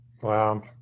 Wow